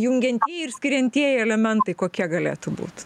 jungiantieji ir skiriantieji elementai kokie galėtų būt